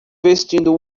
vestindo